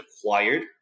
acquired